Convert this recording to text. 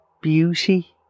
beauty